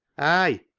ay,